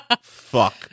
fuck